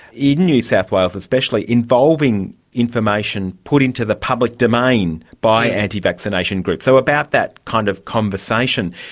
in new south wales especially, involving information put into the public domain by anti-vaccination groups. so about that kind of conversation.